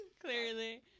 clearly